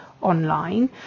online